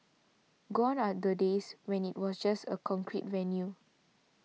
gone are the days when it was just a concrete venue